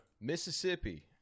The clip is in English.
Mississippi